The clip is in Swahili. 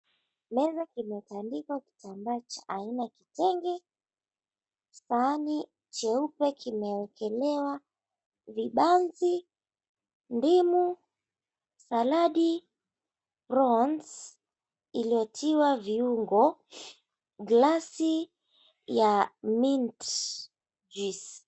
Meza imetandikwa kitambaa cha aina ya kitenge. Kisahani cheupe kimewekelewa vibanzi, ndimu, saladi, bronze iliyotiwa viungo, glasi ya Mint Juice .